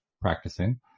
practicing